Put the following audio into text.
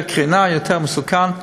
וב-CT יש יותר קרינה וזה יותר מסוכן.